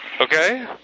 okay